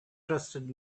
trusted